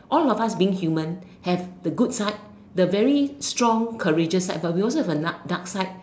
all of us being human have the good side the very strong courageous side but we also have the dark dark